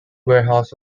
warehouse